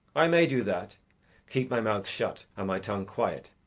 i may do that keep my mouth shut and my tongue quiet,